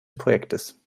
projekts